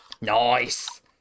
Nice